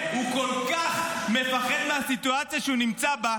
הוא כל כך מפחד מהסיטואציה שהוא נמצא בה,